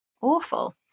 awful